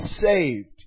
saved